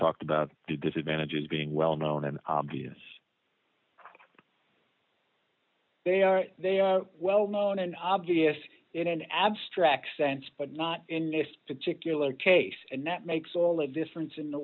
talk about disadvantage is being well known and obvious they are they are well known an obvious in an abstract sense but not in this particular case and that makes all the difference in the